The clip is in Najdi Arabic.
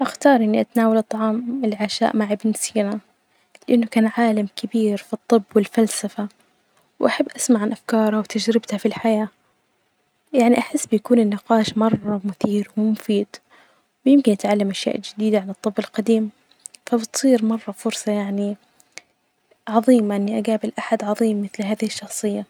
أختار إني أتناول الطعام العشاء مع ابن سيناء لأنه كان عالم كبير في الطب والفسلفة، وأحب أسمع عن أفكارة وتجربتة في الحياة، يعني أحس بيكون النقاش مرة مثير ومفيد ويمكن أتعلم أشياء جديدة عن الطب القديم، فبتصير مرة فرصة يعني عظيمة إني أجابل أحد عظيم مثل هذه الشخصية.